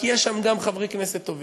כי יש גם חברי כנסת טובים,